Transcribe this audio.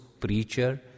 preacher